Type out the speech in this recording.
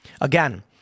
Again